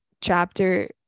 chapter